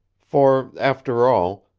for, after all,